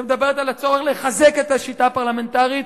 שמדברת על הצורך לחזק את השיטה הפרלמנטרית,